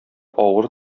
авыр